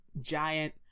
giant